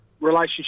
relationship